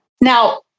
Now